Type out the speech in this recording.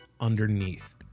underneath